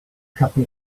couple